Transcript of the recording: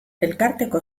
elkarteko